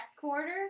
quarter